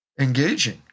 engaging